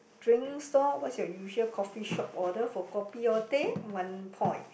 drinks stall what's your usual coffee shop order for kopi or teh one point